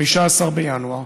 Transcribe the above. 15 בינואר.